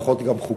גם פחות חוקים,